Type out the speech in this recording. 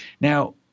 now